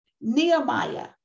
Nehemiah